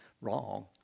wrong